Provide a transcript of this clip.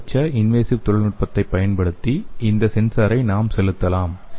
குறைந்தபட்ச இன்வேசிவ் தொழில்நுட்பத்தைப் பயன்படுத்தி இந்த சென்சாரை நாம் செலுத்தலாம்